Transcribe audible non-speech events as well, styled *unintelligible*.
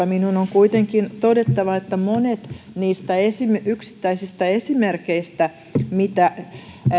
*unintelligible* minun on kuitenkin todettava että monet niistä yksittäisistä esimerkeistä mitä